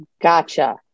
Gotcha